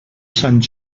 sant